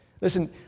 Listen